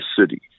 city